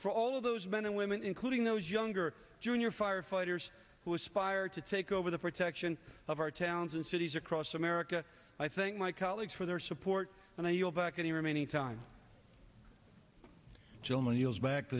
for all of those men and women including those younger junior firefighters who aspire to take over the protection of our towns and cities across america i think my colleagues for their support and i yield back any remaining time gentleman yield back to